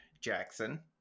jackson